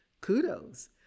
kudos